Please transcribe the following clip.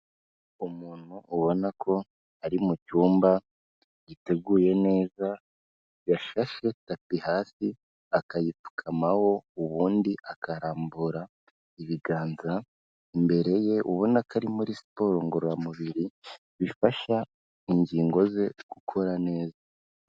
Umuntu ubona ko ari mu cyumba giteguye neza yafashe tapi hasi akayipfukamaho ubundi akarambura ibiganza, imbere ye ubona ko ari muri siporo ngororamubiri, bifasha ingingo ze gukora neza.